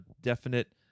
definite